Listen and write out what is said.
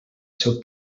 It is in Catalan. seu